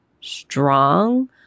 strong